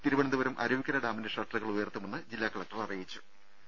തിരുവനന്തപുരം അരുവിക്കര ഡാമിന്റെ ഷട്ടറുകൾ ഉയർത്തുമെന്ന് ജില്ലാ കളക്ടർ അറിയിച്ചിട്ടുണ്ട്